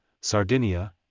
Sardinia